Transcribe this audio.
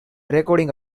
recording